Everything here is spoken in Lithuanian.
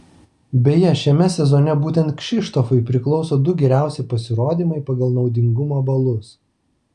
beje šiame sezone būtent kšištofui priklauso du geriausi pasirodymai pagal naudingumo balus